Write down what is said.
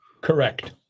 Correct